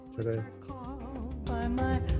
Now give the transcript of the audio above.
today